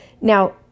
Now